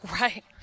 Right